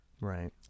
Right